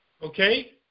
Okay